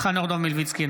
חנוך דב מלביצקי,